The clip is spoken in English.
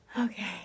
Okay